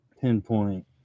pinpoint